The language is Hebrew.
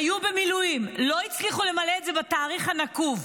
היו במילואים, לא הצליחו למלא את זה בתאריך הנקוב.